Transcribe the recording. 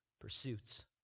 pursuits